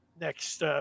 next –